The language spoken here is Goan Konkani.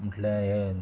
म्हटले यें